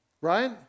right